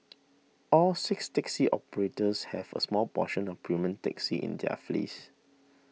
all six taxi operators have a small portion of premium taxis in their fleets